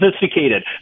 sophisticated